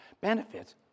benefits